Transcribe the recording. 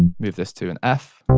move this to an f,